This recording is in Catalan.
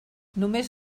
només